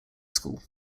school